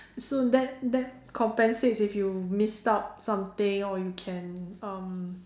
so that that compensates if you missed out something or you can um